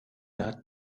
hat